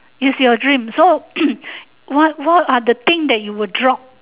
is your dream so what what are the thing that you will drop